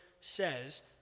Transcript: says